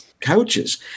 couches